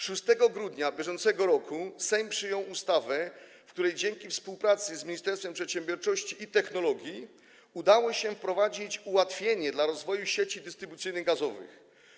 6 grudnia br. Sejm przyjął ustawę, za sprawą której dzięki współpracy z Ministerstwem Przedsiębiorczości i Technologii udało się wprowadzić ułatwienie dla rozwoju sieci dystrybucyjnych gazowych.